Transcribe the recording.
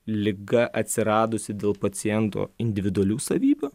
liga atsiradusi dėl paciento individualių savybių